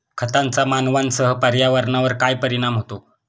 खतांचा मानवांसह पर्यावरणावर काय परिणाम होतो?